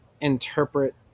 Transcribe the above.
interpret